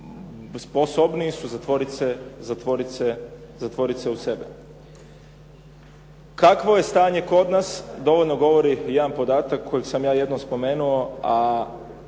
sposobniji su zatvoriti se u sebe. Kakvo je stanje kod nas, dovoljno govori jedan podatak kojeg sam ja jednom spomenuo,